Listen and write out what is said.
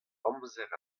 amzer